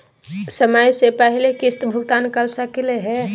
समय स पहले किस्त भुगतान कर सकली हे?